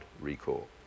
recall